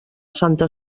santa